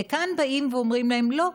וכאן באים ואומרים להם: לא,